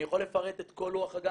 אני יכול לפרט את כל לוח ---,